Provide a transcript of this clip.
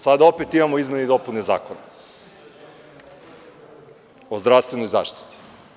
Sada opet imamo izmene i dopune Zakona o zdravstvenoj zaštiti.